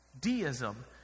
Deism